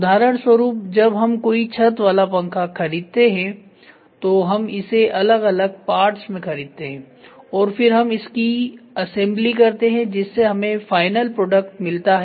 उदाहरण स्वरूप जब हम कोई छत वाला पंखा खरीदते हैं तो हम इसे अलग अलग पार्ट्स में खरीदते हैं और फिर हम इसकी असेंबली करते हैं जिससे हमें फाइनल प्रोडक्ट मिलता है